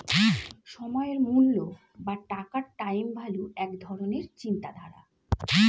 সময়ের মূল্য বা টাকার টাইম ভ্যালু এক ধরণের চিন্তাধারা